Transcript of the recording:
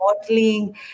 modeling